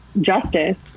justice